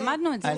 למדנו את זה.